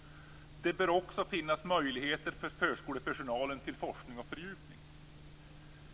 Det bör också finnas möjligheter för förskolepersonalen till forskning och fördjupning.